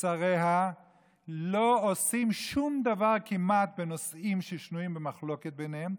ושריה לא עושים שום דבר כמעט בנושאים ששנויים במחלוקת ביניהם,